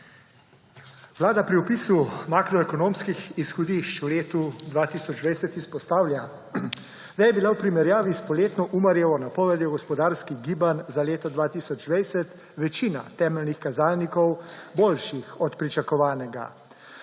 Vlada pri opisu makroekonomskih izhodišč v letu 2020 izpostavlja, da je bila v primerjavi s poletno Umarjevo napovedjo gospodarskih gibanj za leto 2020 večina temeljnih kazalnikov boljših od pričakovanega.